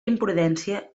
imprudència